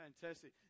Fantastic